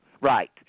Right